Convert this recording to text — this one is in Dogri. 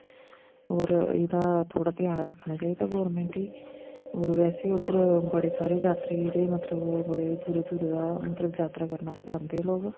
और एहदा थोड़ा घ्यान रखना चाहिदा गवर्नमेंट गी और बैसे बी उद्धर बडे़ सारे यात्री जेहडे़ मतलब बडे़ दूरा दूरे दा यात्रा करन आस्तै आंदे लोक